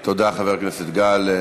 תודה, חבר הכנסת גל.